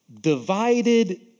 divided